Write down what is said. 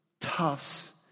Tufts